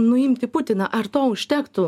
nuimti putiną ar to užtektų